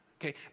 Okay